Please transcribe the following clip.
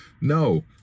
No